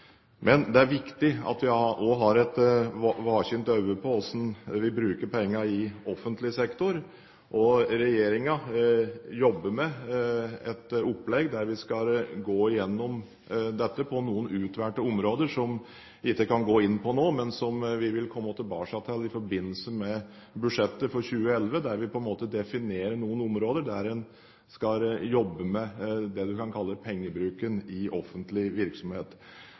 Men det er viktig at vi også har et våkent øye på hvordan vi bruker pengene i offentlig sektor. Regjeringen jobber med et opplegg der vi skal gå igjennom dette på utvalgte områder, som jeg ikke kan gå inn på nå. Vi vil komme tilbake til det i forbindelse med budsjettet for 2011, der vi definerer noen områder vi skal jobbe med, det en kan kalle pengebruken i offentlig virksomhet.